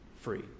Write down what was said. free